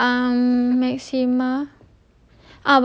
lepas tu is um maxima